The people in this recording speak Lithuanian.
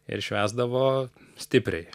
ir švęsdavo stipriai